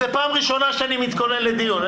זו פעם ראשונה שאני מתכונן לדיון.